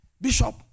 Bishop